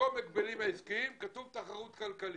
שבמקום הגבלים עסקיים יהיה כתוב תחרות כלכלית.